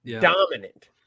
dominant